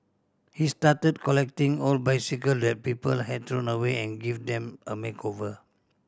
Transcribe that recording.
he started collecting old bicycle that people had thrown away and give them a makeover